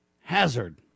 hazard